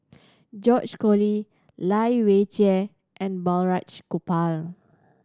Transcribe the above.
George Collyer Lai Weijie and Balraj Gopal